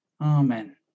Amen